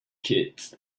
kits